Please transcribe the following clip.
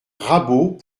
rabault